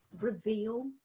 reveal